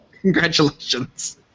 Congratulations